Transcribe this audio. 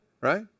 right